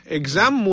exam